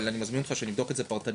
אבל אני מזמין אותך שנבדוק את זה פרטנית.